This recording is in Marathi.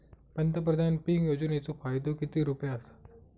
पंतप्रधान पीक योजनेचो फायदो किती रुपये आसा?